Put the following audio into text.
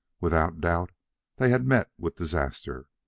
without doubt they had met with disaster.